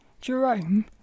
Jerome